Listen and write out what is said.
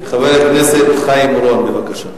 חבר הכנסת חיים אורון, בבקשה.